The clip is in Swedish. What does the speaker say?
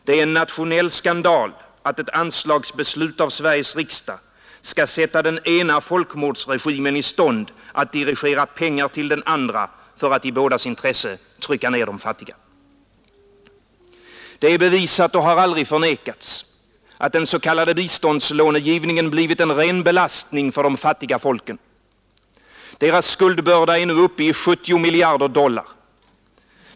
Det är en nationell skandal att ett anslagsbeslut av Sveriges riksdag skall sätta den ena folkmordsregimen i stånd att dirigera pengar till den andra för att i bådas intresse trycka ner de fattiga. Det är bevisat, och har aldrig förnekats, att den s.k. biståndslånegivningen blivit en ren belastning för de fattiga folken. Deras skuldbörda är nu uppe i 70 miljarder dollar.